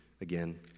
again